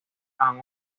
han